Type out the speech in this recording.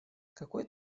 какой